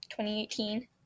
2018